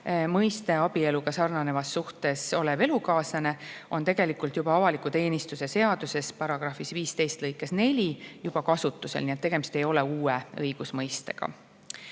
Mõiste "abieluga sarnanevas suhtes olev elukaaslane" on avaliku teenistuse seaduse § 15 lõikes 4 juba kasutusel, nii et tegemist ei ole uue õigusmõistega.